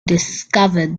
discovered